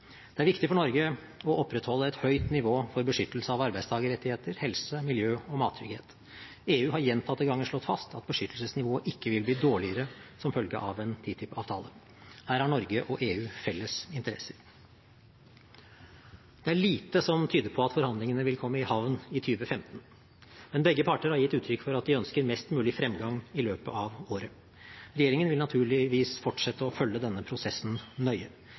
Det er viktig for Norge å opprettholde et høyt nivå for beskyttelse av arbeidstakerrettigheter, helse, miljø og mattrygghet. EU har gjentatte ganger slått fast at beskyttelsesnivået ikke vil bli dårligere som følge av en TTIP-avtale. Her har Norge og EU felles interesser. Det er lite som tyder på at forhandlingene vil komme i havn i 2015, men begge parter har gitt uttrykk for at de ønsker mest mulig fremgang i løpet av året. Regjeringen vil naturligvis fortsette å følge denne prosessen nøye.